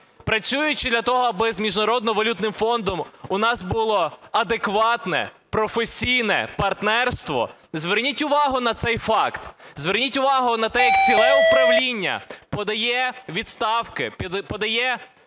працюючи для того, аби з Міжнародним валютним фондом у нас було адекватне професійне партнерство, зверніть увагу на цей факт, зверніть увагу на те, як ціле управління подає у відставку, подає